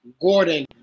Gordon